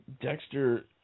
Dexter